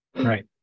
right